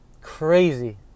crazy